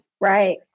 Right